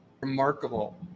remarkable